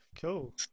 cool